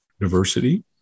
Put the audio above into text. diversity